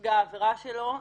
לנפגע העבירה שלו,